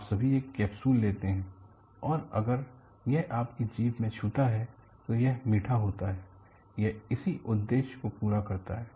आप सभी एक कैप्सूल लेते हैं और अगर यह आपकी जीभ को छूता है यह मीठा होता है यह इसी उद्देश्य को पूरा करता है